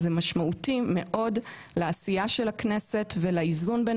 זה משמעותי מאוד לעשייה של הכנסת ולאיזון בין